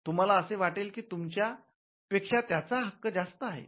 तुम्हाला असे वाटेल की तुमच्या पेक्षा त्याचा हक्क जास्त आहे